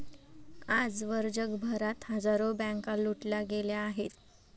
आजवर जगभरात हजारो बँका लुटल्या गेल्या आहेत